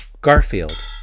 Garfield